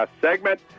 segment